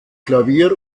klavier